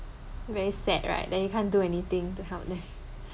very sad right then you can't do anything to help them